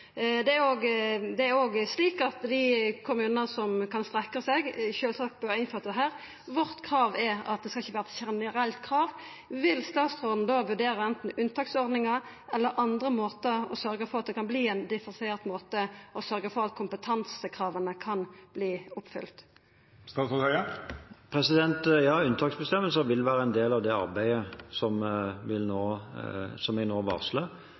ha krav om. Det er òg slik at dei kommunane som kan strekkja seg, sjølvsagt bør vera omfatta her. Kravet vårt er at det ikkje skal vera eit generelt krav. Vil statsråden vurdera anten unntaksordningar eller andre måtar for å sørgja for at det kan verta ein differensiert måte, og sørgja for at kompetansekrava kan verta oppfylte? Unntaksbestemmelser vil være en del av det arbeidet som vi nå varsler. Nå har vi den tiden som